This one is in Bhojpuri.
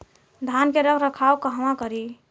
धान के रख रखाव कहवा करी?